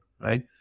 right